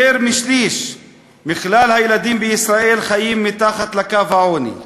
יותר משליש מכלל הילדים בישראל חיים מתחת לקו העוני,